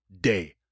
Day